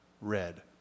red